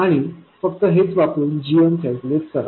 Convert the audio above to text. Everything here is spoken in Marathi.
आणि फक्त हेच वापरून gmकॅल्क्युलेट करा